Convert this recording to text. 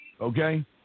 Okay